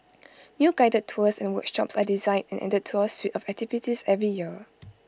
new guided tours and workshops are designed and added to our suite of activities every year